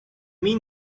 mean